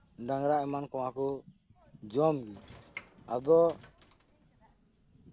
ᱰᱟᱝᱨᱟ ᱮᱢᱟᱱ ᱠᱚᱢᱟ ᱠᱚ ᱡᱚᱢ ᱜᱮ ᱟᱫᱚ